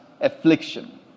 affliction